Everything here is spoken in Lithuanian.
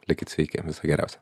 likit sveiki viso geriausio